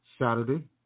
Saturday